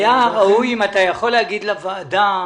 אם אתה יכול להגיד לוועדה,